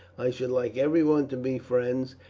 i should like everyone to be friends,